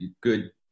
good